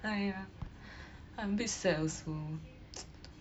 !aiya! I'm a bit sad also